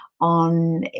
on